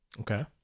Okay